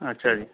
ਅੱਛਾ ਜੀ